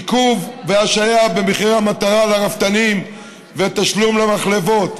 העיכוב והשהיה במחירי המטרה לרפתנים והתשלום למחלבות,